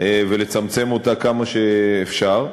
ולצמצם אותה כמה שאפשר,